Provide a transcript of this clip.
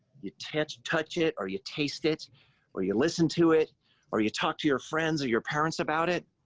you touch touch it or you taste it or you listen to it or you talk to your friends or your parents about it.